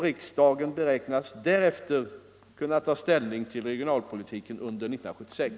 Riksdagen beräknas därefter kunna ta ställning till regionalpolitiken under 1976.